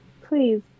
please